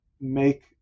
make